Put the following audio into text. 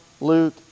Luke